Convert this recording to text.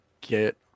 get